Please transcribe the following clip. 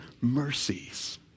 mercies